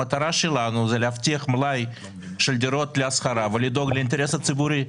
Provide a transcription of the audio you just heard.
המטרה שלנו היא להבטיח מלאי של דירות להשכרה ולדאוג לאינטרס הציבורי.